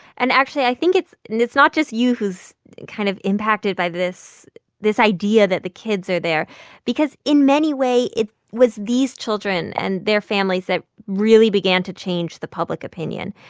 and actually, i think and it's not just you who's kind of impacted by this this idea that the kids are there because in many way, it was these children and their families that really began to change the public opinion.